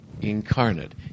incarnate